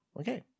Okay